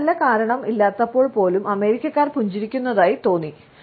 വളരെ നല്ല കാരണം ഇല്ലാത്തപ്പോൾ പോലും അമേരിക്കക്കാർ പുഞ്ചിരിക്കുന്നതായി തോന്നി